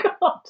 God